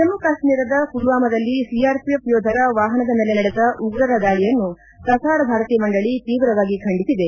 ಜಮ್ಮು ಕಾಶ್ಮೀರದ ಪುಲ್ವಾಮಾದಲ್ಲಿ ಸಿಆರ್ಪಿಎಫ್ ಯೋಧರ ವಾಹನದ ಮೇಲೆ ನಡೆದ ಉಗ್ರರ ದಾಳಿಯನ್ನು ಪ್ರಸಾರ ಭಾರತಿ ಮಂಡಳಿ ತೀವ್ರವಾಗಿ ಖಂಡಿಸಿದೆ